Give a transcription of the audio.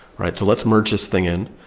right? let's merge this thing in.